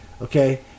okay